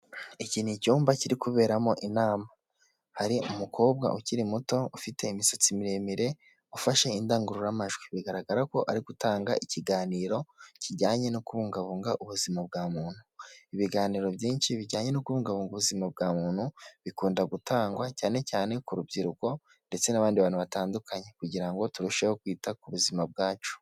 Iki ni icyumba kiri kuberamo inama, hari umukobwa ukiri muto ufite imisatsi miremire ufashe indangururamajwi, bigaragara ko ari gutanga ikiganiro kijyanye no kubungabunga ubuzima bwa muntu. Ibiganiro byinshi bijyanye no kubungabunga ubuzima bwa muntu bikunda gutangwa, cyane cyane ku rubyiruko ndetse n'abandi bantu batandukanye kugira ngo turusheho kwita ku buzima bwacu.